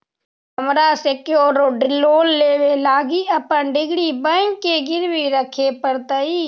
हमरा secured loan लेबे लागी अपन डिग्री बैंक के गिरवी रखे पड़तई